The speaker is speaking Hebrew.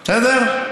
בסדר?